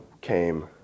came